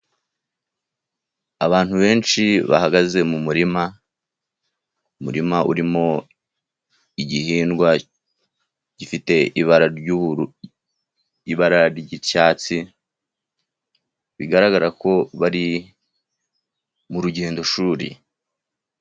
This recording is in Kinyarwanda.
Abantu benshi bahagaze mu murima, umurima urimo igihingwa gifite ibara ry'icyatsi, bigaragara ko bari mu rugendoshuri.